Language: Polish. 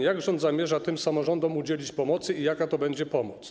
Jak rząd zamierza tym samorządom udzielić pomocy i jaka to będzie pomoc?